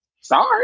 Sorry